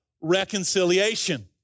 reconciliation